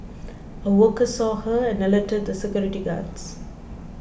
a worker saw her and alerted the security guards